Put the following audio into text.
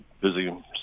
busy